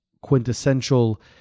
quintessential